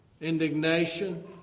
Indignation